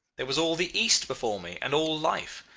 there was all the east before me, and all life,